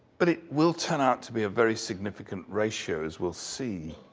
but it will turn out to be a very significant ratio as we'll see.